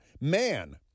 man